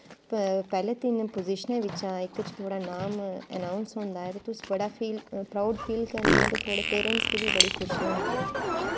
पैह्ली तिन्न पोज़िशनैं बिच्चा इक च थुआढ़ा नाम आनौंस होंदा ऐ ते तुस बड़ा प्रऊड फील करने आं ते थुआढ़े पेरैंटस गी बी बड़ी खुशी होंदी ऐ